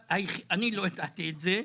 אני לא ידעתי את זה.